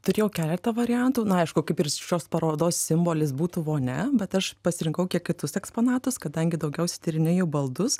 turėjau keletą variantų aišku kaip ir šios parodos simbolis būtų vonia bet aš pasirinkau kitus eksponatus kadangi daugiausiai tyrinėju baldus